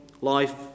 life